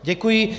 Děkuji.